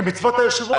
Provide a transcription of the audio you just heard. כמצוות היושב-ראש,